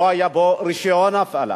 שלא היה לו רשיון הפעלה